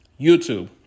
YouTube